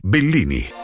Bellini